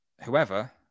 whoever